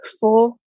four